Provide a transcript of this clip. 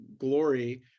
glory